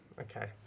Okay